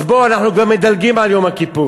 אז בוא, אנחנו גם מדלגים על יום הכיפורים.